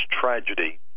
tragedy